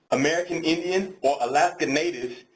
american indians or alaskan natives,